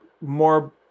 more